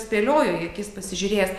spėliojo į akis pasižiūrėjęs